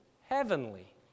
heavenly